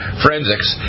forensics